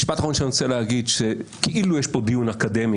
משפט אחרון שאני רוצה להגיד: כאילו יש פה דיון אקדמי,